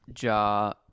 Ja